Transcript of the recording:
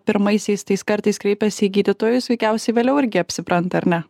pirmaisiais tais kartais kreipiasi į gydytojus veikiausiai vėliau irgi apsipranta ar ne